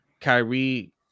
Kyrie